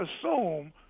assume